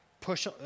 push